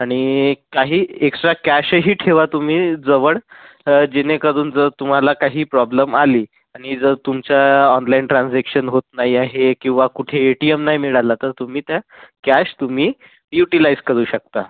आणि काही एक्स्ट्रा कॅशही ठेवा तुम्ही जवळ जेणेकरून जर तुम्हाला काही प्रॉब्लेम आली आणि जर तुमच्या ऑनलाइन ट्रांजेक्शन होत नाही आहे किंवा कुठे ए टी एम नाही मिळलं तर तुम्ही त्या कॅश तुम्ही युटीलाईज करू शकता